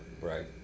right